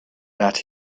that